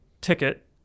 ticket